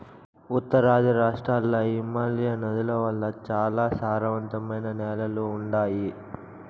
ఉత్తరాది రాష్ట్రాల్ల హిమాలయ నదుల వల్ల చాలా సారవంతమైన నేలలు ఉండాయి